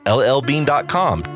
llbean.com